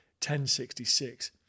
1066